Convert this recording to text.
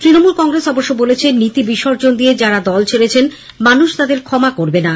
তৃণমূল কংগ্রেস অবশ্য বলেছে নীতি বিসর্জন দিয়ে যারা দল ছেড়েছেন মানুষ তাদের ক্ষমা করবেনা